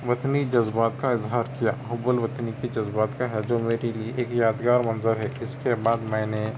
وطنی جذبات کا اظہار کیا حُب الوطنی کی جذبات کا ہے جو میرے لئے ایک یادگار منظر ہے اِس کے بعد میں نے